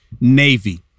Navy